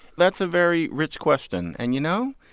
that's a very rich question. and, you know,